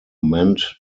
meant